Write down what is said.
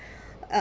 uh